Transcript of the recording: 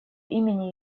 имени